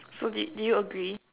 so did did you agree